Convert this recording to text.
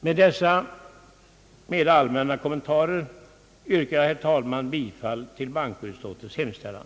Med dessa mera allmänna kommentarer yrkar jag, herr talman, bifall till bankoutskottets hemställan.